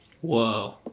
Whoa